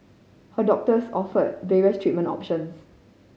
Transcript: her doctors offered various treatment options